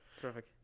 terrific